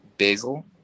basil